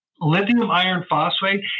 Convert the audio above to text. Lithium-iron-phosphate